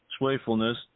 swayfulness